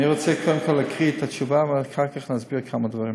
אני רוצה קודם כול להקריא את התשובה ואחר כך להסביר כמה דברים.